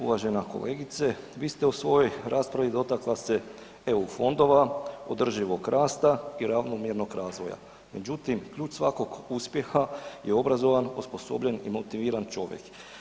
Uvažena kolegice, vi ste u svojoj raspravi dotakla se EU fondova, održivog rasta i ravnomjernog razvoja, međutim ključ svakog uspjeha je obrazovan, osposobljen i motiviran čovjek.